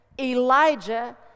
Elijah